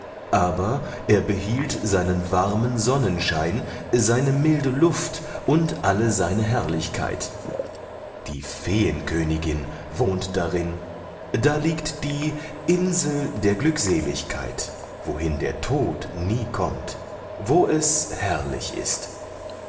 aber er behielt seinen warmen sonnenschein seine milde luft und alle seine herrlichkeit die feenkönigin wohnt darin da liegt die insel der glückseligkeit wohin der tod nie kommt wo es herrlich ist